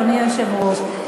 אדוני היושב-ראש.